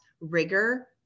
rigor